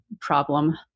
problem